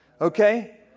Okay